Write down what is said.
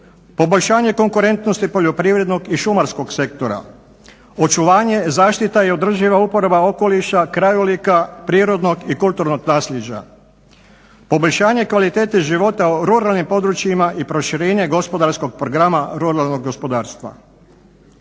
poboljšanje konkurentnosti poljoprivrednog i šumarskog sektora; očuvanje, zaštita i održiva uporaba okoliša, krajolika, prirodnog i kulturnog naslijeđa; poboljšanje kvalitete života u ruralnim područjima i proširenje gospodarskog programa ruralnog gospodarstva.